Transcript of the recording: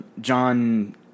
John